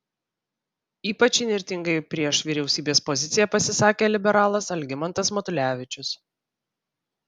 ypač įnirtingai prieš vyriausybės poziciją pasisakė liberalas algimantas matulevičius